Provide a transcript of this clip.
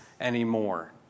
anymore